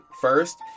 first